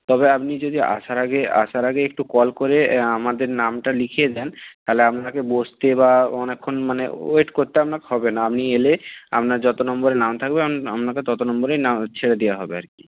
তবে আপনি যদি আসার আগে আসার আগে একটু কল করে আমাদের নামটা লিখিয়ে দেন তাহলে আপনাকে বসতে বা অনেকক্ষণ মানে ওয়েট করতে আপনাকে হবে না আপনি এলে আপনার যত নম্বরে নাম থাকবে আপনাকে তত নম্বরেই নাম ছেড়ে দেওয়া হবে আর কি